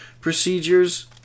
procedures